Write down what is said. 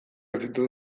aurkitu